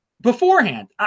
beforehand